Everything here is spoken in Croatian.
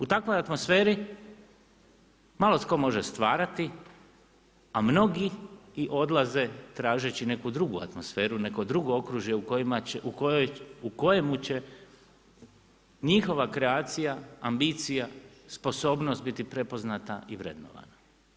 U takvoj atmosferi malo tko može stvarati, a mnogi i odlaze tražeći neku drugu atmosferu, neko drugo okružje u kojemu će njihova kreacija, ambicija, sposobnost biti prepoznata i vrednovana.